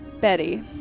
Betty